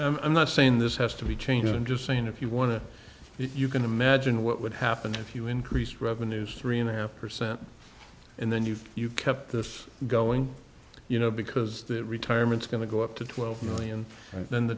know i'm not saying this has to be changed i'm just saying if you want to you can imagine what would happen if you increased revenues three and a half percent and then you you kept this going you know because that retirements going to go up to twelve million and then the